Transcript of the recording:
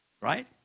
Right